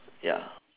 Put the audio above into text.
ya